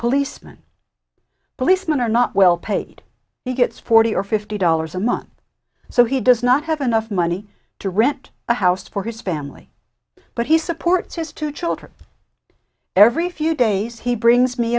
policeman policeman are not well paid he gets forty or fifty dollars a month so he does not have enough money to rent a house for his family but he supports his two children every few days he brings me